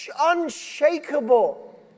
unshakable